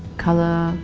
colour.